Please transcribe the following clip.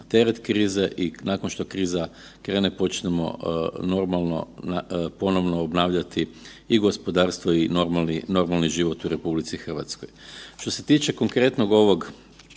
teret krize i nakon što kriza krene počnemo normalno ponovno obnavljati i gospodarstvo i normalni, normalni život u RH. Što se tiče konkretnog ovog